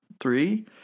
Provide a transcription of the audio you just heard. Three